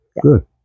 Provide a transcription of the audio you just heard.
good